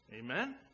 Amen